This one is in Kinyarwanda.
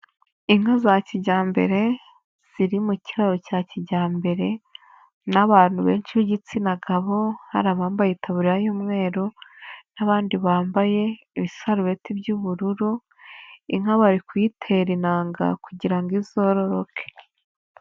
Inka za kijyambere, ziri mu kiraro cya kijyambere n'abantu benshi b'igitsina gabo, hari abambaye ikabu y'umweru n'abandi bambaye ibisarubeti by'ubururu, inka bari kuyitera intanga kugira ngo izororoke.